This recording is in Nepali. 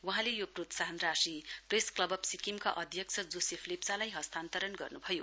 वहाँले यो प्रोत्साहन राशि प्रेस क्लब अफ् सिक्किमका अध्यक्ष जोसेफ लेप्चालाई हस्तान्तरण गर्नुभयो